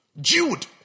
Jude